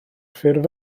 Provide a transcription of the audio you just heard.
ffurf